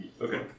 Okay